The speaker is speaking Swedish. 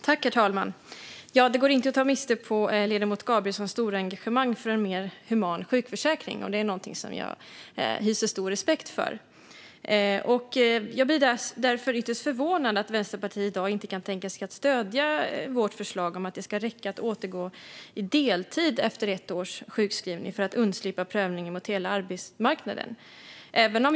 Herr talman! Ja, det går inte att ta miste på ledamoten Gabrielssons stora engagemang för en mer human sjukförsäkring. Det är något som jag hyser stor respekt för. Jag blir därför ytterst förvånad över att Vänsterpartiet i dag inte kan tänka sig att stödja vårt förslag om att det ska räcka att återgå i arbete på deltid efter ett års sjukskrivning för att slippa prövningen mot hela arbetsmarknaden.